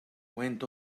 went